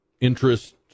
interest